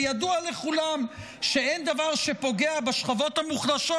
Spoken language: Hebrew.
וידוע לכולם שאין דבר שפוגע בשכבות המוחלשות